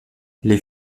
les